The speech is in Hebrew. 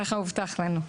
ככה הובטח לנו.